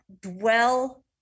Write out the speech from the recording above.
dwell